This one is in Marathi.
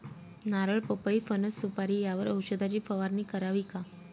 नारळ, पपई, फणस, सुपारी यावर औषधाची फवारणी करावी का?